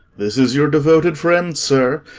this is your devoted friend, sir,